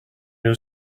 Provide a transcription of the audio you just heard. new